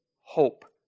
Hope